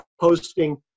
posting